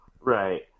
Right